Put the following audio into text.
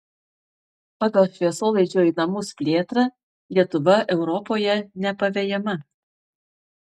pagal šviesolaidžio į namus plėtrą lietuva europoje nepavejama